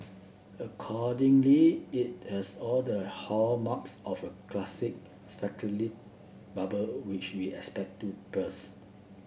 accordingly it has all the hallmarks of a classic bubble which we expect to burst